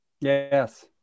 Yes